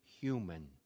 human